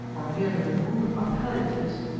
or merely removed by palliatives,